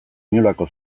inolako